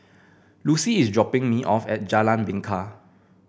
Lucy is dropping me off at Jalan Bingka